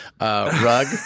rug